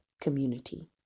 Community